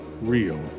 real